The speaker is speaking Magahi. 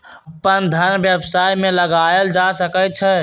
अप्पन धन व्यवसाय में लगायल जा सकइ छइ